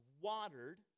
watered